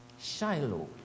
Shiloh